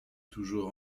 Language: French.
toujours